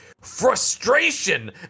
frustration